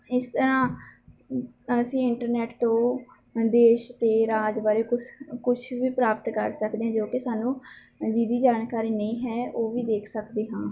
ਇਸ ਤਰ੍ਹਾਂ ਅਸੀਂ ਇੰਟਰਨੈਟ ਤੋਂ ਦੇਸ਼ ਅਤੇ ਰਾਜ ਬਾਰੇ ਕੁਛ ਕੁਛ ਵੀ ਪ੍ਰਾਪਤ ਕਰ ਸਕਦੇ ਹਾਂ ਜੋ ਕਿ ਸਾਨੂੰ ਜਿਹਦੀ ਜਾਣਕਾਰੀ ਨਹੀਂ ਹੈ ਉਹ ਵੀ ਦੇਖ ਸਕਦੇ ਹਾਂ